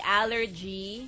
allergy